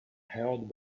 held